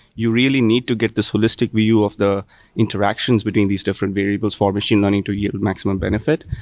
you really need to get this holistic view of the interactions between these different variables for machine learning to yield maximum benefit.